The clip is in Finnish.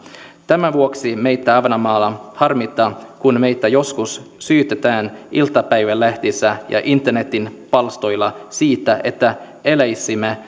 tämän vuoksi meitä ahvenanmaalla harmittaa kun meitä joskus syytetään iltapäivälehdissä ja internetin palstoilla siitä että eläisimme